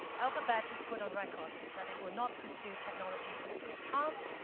alphabet has put on record that it will not pursue technologies that cause harm,